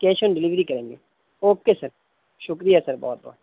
cash on delivery کریں گے okay sir شکریہ سر بہت بہت